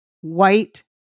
white